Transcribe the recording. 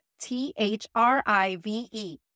T-H-R-I-V-E